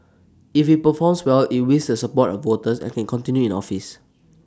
if IT performs well IT wins the support of voters and can continue in office